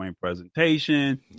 presentation